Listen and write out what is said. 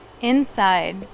Inside